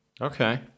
Okay